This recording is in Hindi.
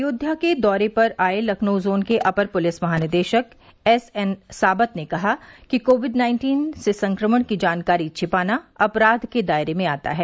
अयोध्या के दौरे पर आए लखनऊ जोन के अपर अपर पूलिस महानिदेशक एस एन साबत ने कहा कि कोविड नाइन्टीन से संक्रमण की जानकारी छिपाना अपराध के दायरे में आता है